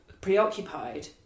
preoccupied